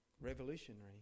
Revolutionary